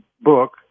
book